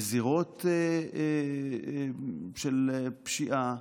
בזירות של פשיעה,